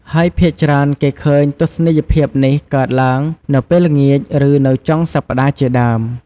ហើយភាគច្រើន គេឃ់ើញទស្សនីយភាពនេះកើតឡើងនៅពេលល្ងាច ឬ នៅចុងសប្ដាហ៍ជាដើម។